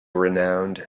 renowned